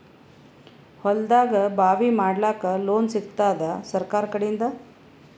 ಹೊಲದಾಗಬಾವಿ ಮಾಡಲಾಕ ಲೋನ್ ಸಿಗತ್ತಾದ ಸರ್ಕಾರಕಡಿಂದ?